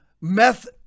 meth